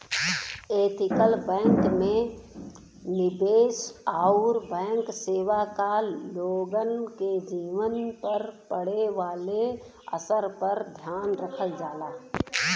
ethical bank में निवेश आउर बैंक सेवा क लोगन के जीवन पर पड़े वाले असर पर ध्यान रखल जाला